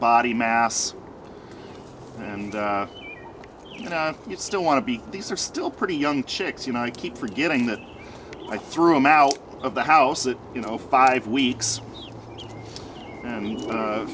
body mass and you know you still want to be these are still pretty young chicks you know i keep forgetting that i threw him out of the house and you know five weeks